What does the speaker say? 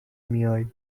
میائی